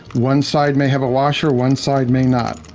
one side may have a washer, one side may not.